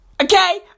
Okay